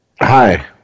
hi